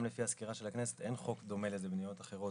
גם לפי הסקירה של הכנסת אין חוק דומה לזה במדינות אחרות,